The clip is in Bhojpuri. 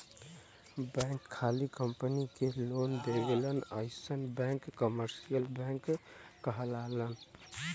बैंक खाली कंपनी के लोन देवलन अइसन बैंक कमर्सियल बैंक कहलालन